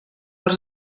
els